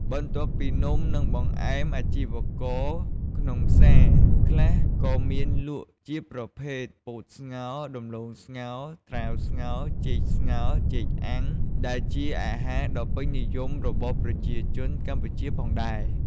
បន្ទាប់ពីនំ និងបង្អែម អាជីវករក្នុងផ្សារខ្លះក៏មានលក់ជាប្រភេទ ពោតស្ងោរ ដំឡូងស្ងោរ ត្រាវស្ងោរ ចេកស្ងោរ ចេកអាំង ដែលជាអាហារដ៏ពេញនិយមរបស់ប្រជាជនកម្ពុជាផងដែរ។